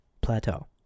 plateau